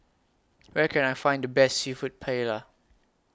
Where Can I Find The Best Seafood Paella